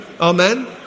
Amen